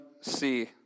see